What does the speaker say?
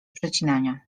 przecinania